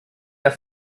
der